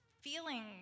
feeling